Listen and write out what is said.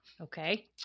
Okay